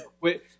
Wait